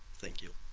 thank you